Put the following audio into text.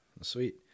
Sweet